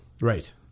Right